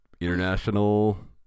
international